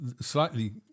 slightly